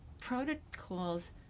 protocols